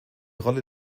rolle